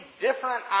different